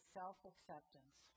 self-acceptance